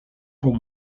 pour